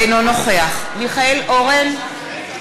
אינו נוכח מיכאל אורן,